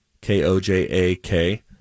K-O-J-A-K